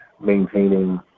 maintaining